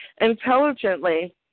intelligently